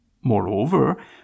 Moreover